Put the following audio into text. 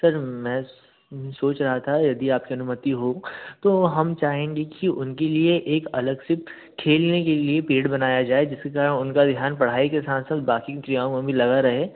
sir मैं सोच रहा था यदि आपकी अनुमति हो तो हम चाहेंगे कि उनके लिए एक अलग से खेलने के लिए पीरड बनाया जाए जिसके कारण उनका ध्यान पढ़ाई के साथ साथ बाक़ी उन क्रियाओं में भी लगा रहे